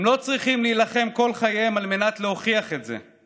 הם לא צריכים להילחם כל חייהם על מנת להוכיח את זה.